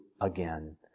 again